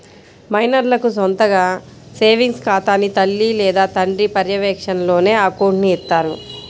మైనర్లకు సొంతగా సేవింగ్స్ ఖాతాని తల్లి లేదా తండ్రి పర్యవేక్షణలోనే అకౌంట్ని ఇత్తారు